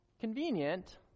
Convenient